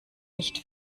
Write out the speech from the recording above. nicht